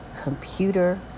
computer